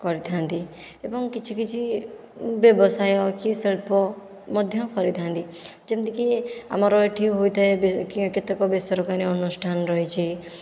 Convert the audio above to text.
କରିଥାଆନ୍ତି ଏବଂ କିଛିକିଛି ବ୍ୟବସାୟ କି ଶିଳ୍ପ ମଧ୍ୟ କରିଥାଆନ୍ତି ଯେମିତିକି ଆମର ଏଇଠି ହୋଇଥାଏ କେତେକ ବେସରକାରୀ ଅନୁଷ୍ଠାନ ରହିଛି